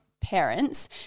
parents